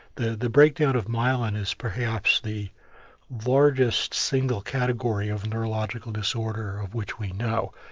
the the breakdown of myelin is perhaps the largest single category of neurological disorder of which we know.